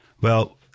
Well-